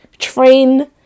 train